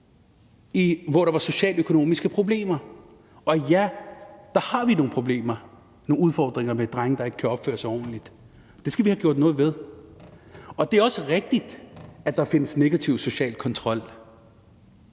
hvor der var socialøkonomiske problemer, så har vi nogle problemer, nogle udfordringer med drenge, der ikke kan opføre sig ordentligt. Det skal vi have gjort noget ved. Og det er også rigtigt, at der findes negativ social kontrol,